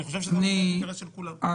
אני חושב שזה אינטרס של כולם.